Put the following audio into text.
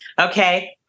Okay